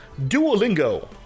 Duolingo